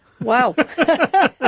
Wow